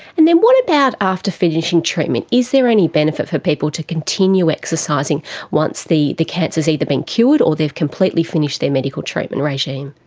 and then what about after finishing treatment, is there any benefit for people to continue exercising once the the cancer has been either been cured or they have completely finished their medical treatment regime?